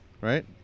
right